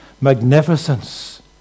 magnificence